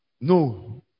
No